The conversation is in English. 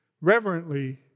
reverently